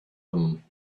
them